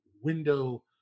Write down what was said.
window